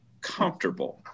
comfortable